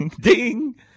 ding